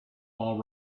all